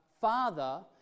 father